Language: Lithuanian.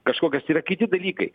kažkokios yra kiti dalykai